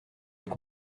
être